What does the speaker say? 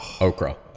Okra